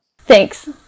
thanks